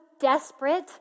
desperate